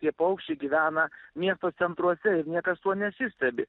tie paukščiai gyvena miesto centruose ir niekas tuo nesistebi